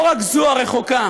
לא רק זו הרחוקה,